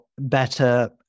better